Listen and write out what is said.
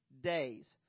days